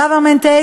ה-government take,